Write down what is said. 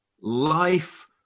life